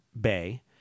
bay